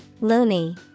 Loony